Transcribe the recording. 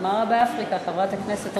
מה רע באפריקה, חברת הכנסת רוזין?